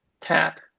tap